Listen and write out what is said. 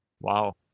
Wow